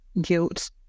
guilt